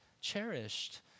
cherished